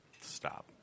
stop